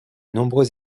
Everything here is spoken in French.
nombreux